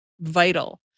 vital